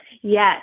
Yes